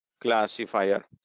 classifier